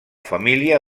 família